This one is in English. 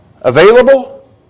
available